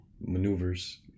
maneuvers